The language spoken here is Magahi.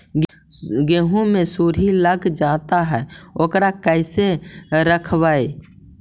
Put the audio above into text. गेहू मे सुरही लग जाय है ओकरा कैसे रखबइ?